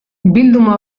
bilduma